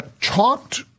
talked